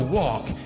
walk